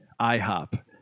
IHOP